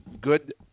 good